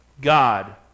God